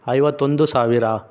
ಐವತ್ತೊಂದು ಸಾವಿರ